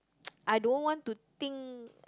I don't want to think